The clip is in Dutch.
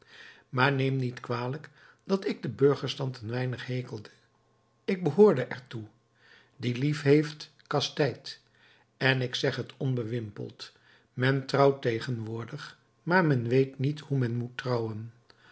maar neem niet kwalijk dat ik den burgerstand een weinig hekele ik behoor er toe die liefheeft kastijdt en ik zeg het onbewimpeld men trouwt tegenwoordig maar men weet niet hoe men moet trouwen